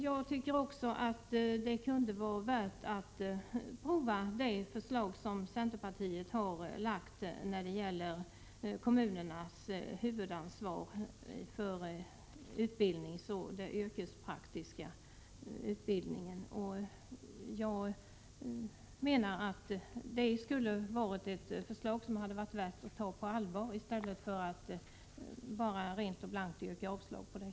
Jag tycker också att det kunde vara värt att prova det förslag som centerpartiet har lagt fram i frågan om kommunernas huvudansvar för den praktiska yrkesutbildningen. Jag menar att man borde ha tagit detta förslag på allvar i stället för att bara blankt yrka avslag på det.